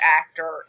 actor